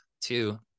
Two